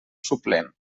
suplent